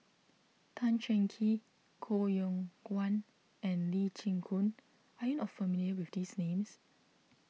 Tan Cheng Kee Koh Yong Guan and Lee Chin Koon are you not familiar with these names